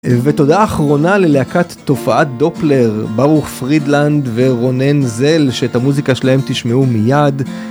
ותודה אחרונה ללהקת תופעת דופלר, ברוך פרידלנד ורונן זל שאת המוזיקה שלהם תשמעו מיד.